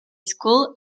school